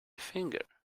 finger